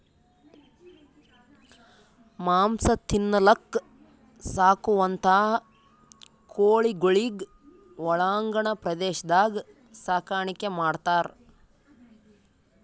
ಮಾಂಸ ತಿನಲಕ್ಕ್ ಸಾಕುವಂಥಾ ಕೋಳಿಗೊಳಿಗ್ ಒಳಾಂಗಣ ಪ್ರದೇಶದಾಗ್ ಸಾಕಾಣಿಕೆ ಮಾಡ್ತಾರ್